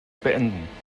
beenden